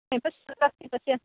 एतत् तत्रास्ति पश्य